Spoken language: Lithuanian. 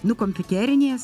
nu kompiuterinės